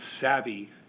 savvy